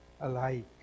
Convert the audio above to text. alike